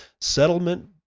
settlement